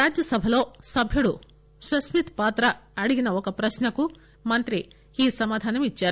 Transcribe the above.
రాజ్యసభలో సభ్యుడు సస్మిత్ పాత్రా అడిగిన ఒక ప్రక్నకు మంత్రి ఈ సమాధానం ఇద్చారు